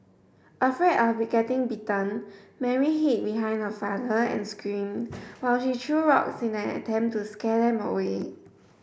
afraid of getting bitten Mary hid behind her father and screamed while he threw rocks in an attempt to scare them away